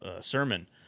sermon